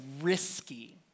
risky